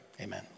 Amen